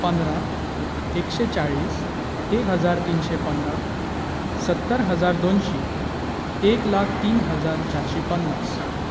पंदरा एकशें चाळीस एक हजार तिनशें पंदरा सत्तर हजार दोनशी एक लाक तीन हजार चारशी पन्नास